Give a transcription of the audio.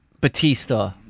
Batista